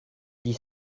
dix